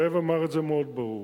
זאב אמר את זה מאוד ברור: